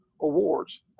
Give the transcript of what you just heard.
awards